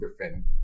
defend